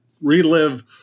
relive